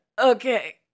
Okay